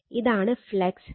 ഇതാണ് ഫ്ലക്സ് ∅